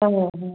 ହଁ ହଁ